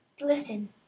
Listen